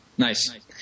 Nice